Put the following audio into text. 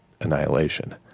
annihilation